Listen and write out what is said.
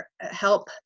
help